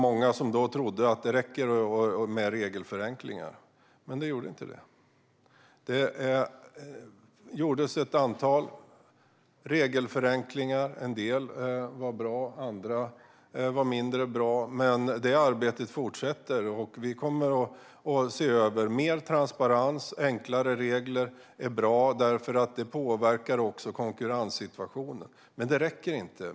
Många trodde att det skulle räcka med regelförenklingar. Men det gjorde inte det. Ett antal regelförenklingar gjordes. En del var bra. Andra var mindre bra. Men det arbetet fortsätter, och vi kommer att se över det för att få mer transparens. Enklare regler är bra eftersom det också påverkar konkurrenssituationen. Men det räcker inte.